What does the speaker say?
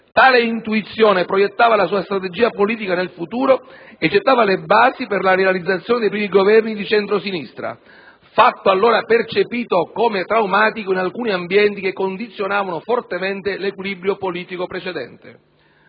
Tale intuizione proiettava la sua strategia politica nel futuro e gettava le basi per la realizzazione dei primi Governi di centrosinistra, fatto allora percepito come traumatico in alcuni ambienti che condizionavano fortemente l'equilibrio politico precedente.